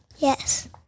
Yes